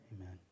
amen